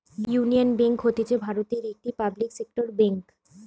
union bank হতিছে ভারতের একটি পাবলিক সেক্টর বেঙ্ক